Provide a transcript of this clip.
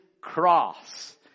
cross